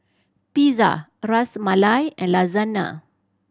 Pizza Ras Malai and Lasagna